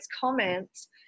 comments